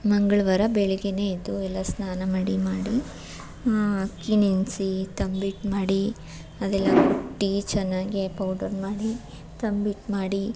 ಮಂಗಳವಾರ ಬೆಳಿಗ್ಗೆಯೇ ಎದ್ದು ಎಲ್ಲ ಸ್ನಾನ ಮಾಡಿ ಮಾಡಿ ಅಕ್ಕಿ ನೆನೆಸಿ ತಂಬಿಟ್ಟು ಮಾಡಿ ಅದೆಲ್ಲ ಕುಟ್ಟಿ ಚೆನ್ನಾಗಿ ಪೌಡರ್ ಮಾಡಿ ತಂಬಿಟ್ಟು ಮಾಡಿ